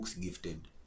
gifted